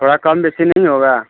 थोड़ा कम बेसी नहीं होगा